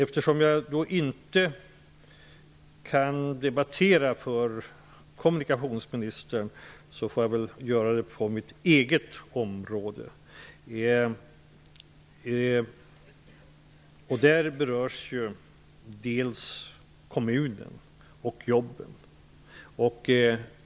Eftersom jag inte kan debattera för kommunikationsministern får jag göra det på mitt eget område. Där berörs dels kommunen, dels jobben.